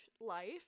life